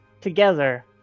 together